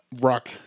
rock